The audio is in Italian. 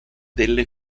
delle